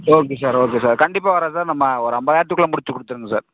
okay sir okay sir கண்டிப்பாக வர்றேன் sir நம்ம ஒரு ஐம்பதாயிரத்துக்குள்ள முடிச்சு கொடுத்துருங்க சார்